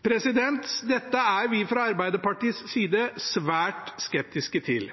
Dette er vi fra Arbeiderpartiets side svært skeptiske til.